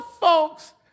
folks